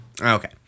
Okay